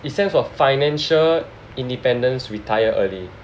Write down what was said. it stands for financial independence retire early